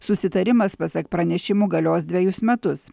susitarimas pasak pranešimų galios dvejus metus